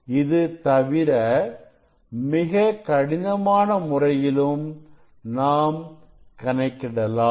இது தவிர மிகக் கடினமான முறையிலும் நாம் கணக்கிடலாம்